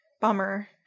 Bummer